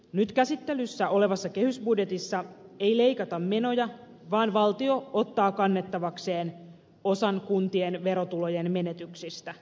nyt käsittelyssä olevassa kehysbudjetissa ei leikata menoja vaan valtio ottaa kannettavakseen osan kuntien verotulojen menetyksistä